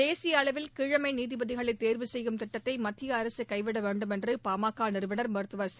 தேசிய அளவில் கீழமை நீதிபதிகளை தேர்வு செய்யும் திட்டத்தை மத்திய அரசு கைவிட வேண்டும் பாமக நிறுவனா் என்று மருத்துவர் ச